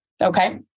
Okay